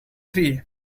three